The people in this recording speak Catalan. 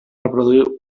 reproduir